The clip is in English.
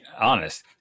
honest